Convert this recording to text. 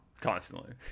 Constantly